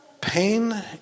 Pain